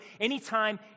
anytime